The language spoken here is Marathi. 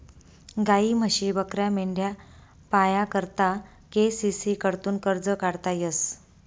गायी, म्हशी, बकऱ्या, मेंढ्या पाया करता के.सी.सी कडथून कर्ज काढता येस